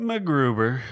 McGruber